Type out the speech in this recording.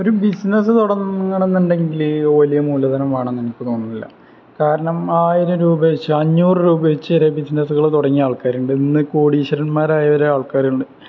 ഒരു ബിസ്സ്നസ്സ് തുടങ്ങണം എന്നുണ്ടെങ്കിൽ വലിയ മൂലധനം വേണമെന്ന് എനിക്ക് തോന്നുന്നില്ല കാരണം ആയിരം രൂപവച്ച് അഞ്ഞൂറ് രൂപവച്ചു വരെ ബിസിനസ്സുകള് തുടങ്ങിയ ആൾക്കാരുണ്ട് ഇന്ന് കോടീശ്വരൻമാരായവരെ ആൾക്കാരുണ്ട്